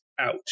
out